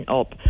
op